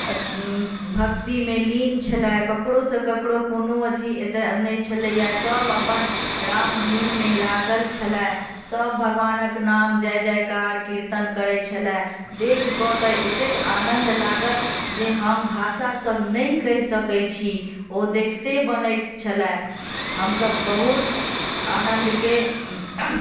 भक्ति मे लीन छलए ककरो सँ ककरो कोनो अथी नहि छलैया सब अपन राम धुन मे लागल छलए सब भगवानक नाम जय जयकार कीर्तन करै छलए देखकए तऽ एतेक आनन्द लागल जे हम भाषा सँ नहि कहि सकै छी ओ देखते बनैत छलए हमसब बहुत आनन्द के